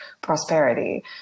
prosperity